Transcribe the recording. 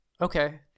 Okay